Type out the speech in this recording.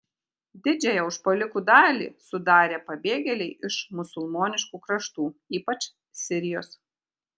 didžiąją užpuolikų dalį sudarė pabėgėliai iš musulmoniškų kraštų ypač sirijos